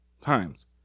times